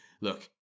Look